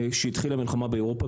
שהתחילה המלחמה באירופה,